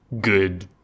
good